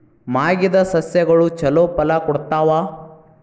ಮಾಗಿದ್ ಸಸ್ಯಗಳು ಛಲೋ ಫಲ ಕೊಡ್ತಾವಾ?